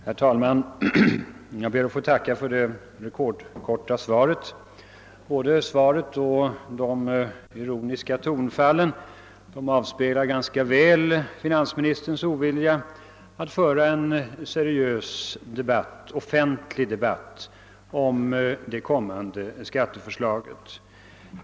Herr talman! Jag ber att få tacka för det rekordkorta svaret. Både svaret och de ironiska tonfallen avspeglar ganska väl finansministerns ovilja att föra en seriös offentlig debatt om det kommande skatteförslaget.